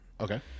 Okay